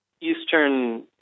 Eastern